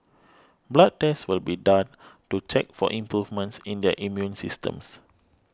blood tests will be done to check for improvements in their immune systems